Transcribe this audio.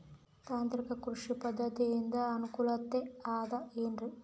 ತಾಂತ್ರಿಕ ಕೃಷಿ ಪದ್ಧತಿಯಿಂದ ಅನುಕೂಲತೆ ಅದ ಏನ್ರಿ?